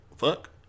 fuck